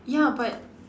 ya but